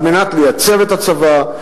על מנת לייצב את הצבא,